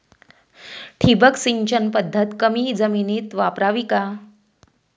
ठिबक सिंचन पद्धत कमी जमिनीत वापरावी का?